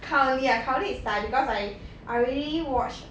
currently ah currently is thai because I I already watched